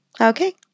Okay